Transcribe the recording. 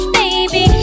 baby